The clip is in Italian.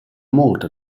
molto